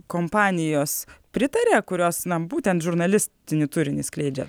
kompanijos pritaria kurios na būtent žurnalistinį turinį skleidžia